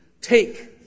take